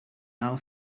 now